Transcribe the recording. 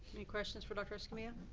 any questions for doctor escamilla?